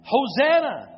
Hosanna